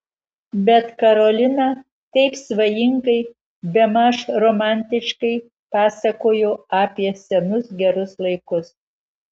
bet karolina taip svajingai bemaž romantiškai pasakojo apie senus gerus laikus